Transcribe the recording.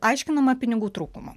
aiškinama pinigų trūkumu